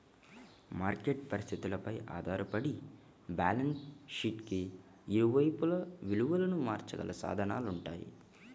market పరిస్థితులపై ఆధారపడి balance షీట్కి ఇరువైపులా విలువను మార్చగల సాధనాలుంటాయంట